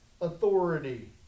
authority